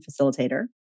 facilitator